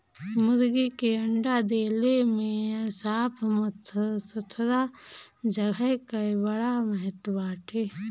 मुर्गी के अंडा देले में साफ़ सुथरा जगह कअ बड़ा महत्व बाटे